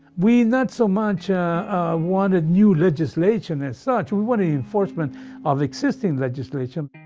we not so much wanted new legislation as such. we want the enforcement of existing legislation.